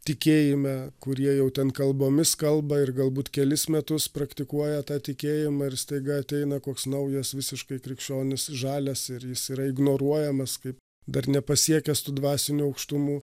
tikėjime kurie jau ten kalbomis kalba ir galbūt kelis metus praktikuoja tą tikėjimą ir staiga ateina koks naujas visiškai krikščionis žalias ir jis yra ignoruojamas kaip dar nepasiekęs tų dvasinių aukštumų